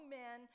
men